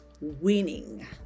winning